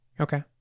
Okay